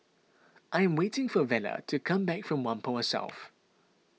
I am waiting for Vela to come back from Whampoa South